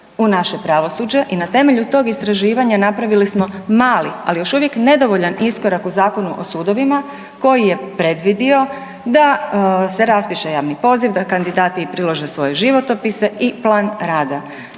u naše pravosuđe i na temelju tog istraživanja napravili smo mali, ali još uvijek nedovoljan iskorak u Zakonu o sudovima koji je predvidio da se raspiše javni poziv, da kandidati prilože svoje životopise i plan rada